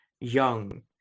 young